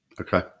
Okay